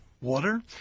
water